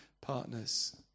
partners